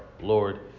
Lord